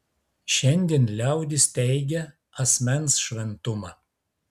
šiandien liaudis teigia asmens šventumą